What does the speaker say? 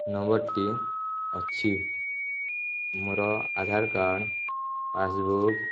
ନମ୍ବରଟି ଅଛି ମୋର ଆଧାର କାର୍ଡ଼ ପାସବୁକ୍